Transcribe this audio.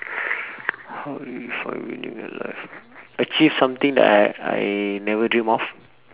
how would you define winning in life achieve something that I I never dream of